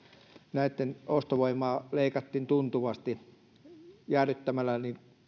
näitten ostovoimaa leikattiin tuntuvasti jäädyttämällä